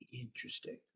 Interesting